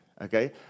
Okay